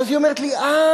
ואז היא אומרת לי: אה,